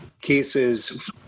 cases